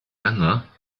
langer